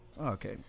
Okay